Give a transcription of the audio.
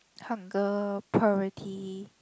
hungry party